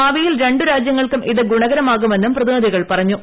ഭാവിയിൽ രണ്ടു രാജ്യങ്ങൾക്കും ഇത് ് ഗുണകരമാകുമെന്നും പ്രതിനിധികൾ പറഞ്ഞു